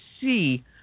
see